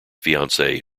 fiancee